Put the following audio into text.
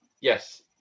yes